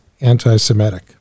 anti-Semitic